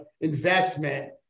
investment